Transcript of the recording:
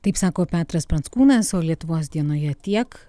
taip sako petras pranckūnas o lietuvos dienoje tiek